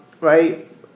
right